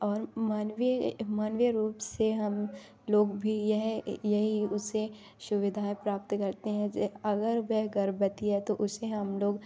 और मानवीय मानवीय रूप से हम लोग भी यह यही उसे सुविधाएँ प्राप्त करते हैं अगर वह गर्भवती है तो उसे हम लोग